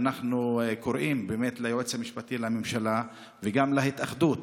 אנחנו קוראים ליועץ המשפטי לממשלה וגם להתאחדות